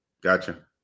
Gotcha